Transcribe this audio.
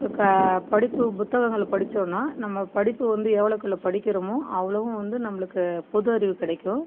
இப்போ கா படிப்பு புத்தககங்கள் படித்தோன்னா நம்ம படிப்பு வந்து எவ்வளோக்கெவ்ளோ படிக்கிறமோ அவ்வளோவும் வந்து நம்மளுக்கு பொது அறிவு கிடைக்கும்